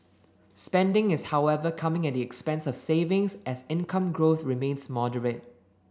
spending is however coming at the expense of savings as income growth remains moderate